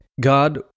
God